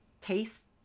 taste